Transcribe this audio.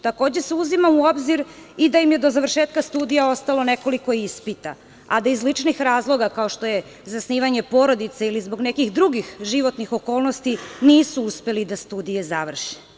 Takođe se uzima u obzir i da im je do završetka studija ostalo nekoliko ispita, a da iz ličnih razloga, kao što je zasnivanje porodice ili zbog nekih drugih životnih okolnosti, nisu uspeli da studije završe.